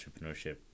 entrepreneurship